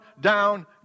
down